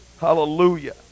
Hallelujah